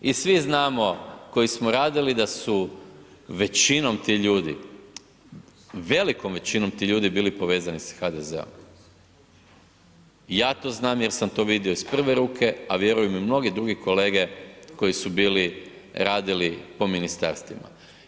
I svi znamo koji smo radili da su većinom ti ljudi, velikom većinom ti ljudi bili povezani s HDZ-om, ja to znam jer sam to vidio iz prve ruke, a vjerujem i mnogi drugi kolege koji bi bili radili po ministarstvima.